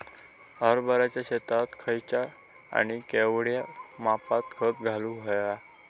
हरभराच्या शेतात खयचा आणि केवढया मापात खत घालुक व्हया?